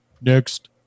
next